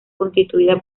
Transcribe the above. constituida